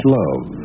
love